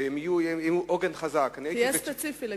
שיהיו עוגן חזק, תהיה ספציפי.